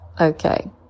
okay